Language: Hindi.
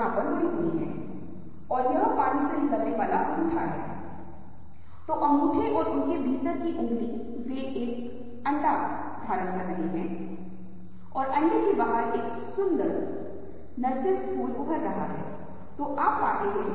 तो आप देखते हैं कि यह छोटा प्रदर्शन उम्मीद है कि आप को एक विचार दे सकते हैं की रंग बहुत महत्वपूर्ण भूमिका निभा सकते हैं